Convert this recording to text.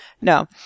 No